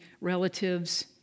relatives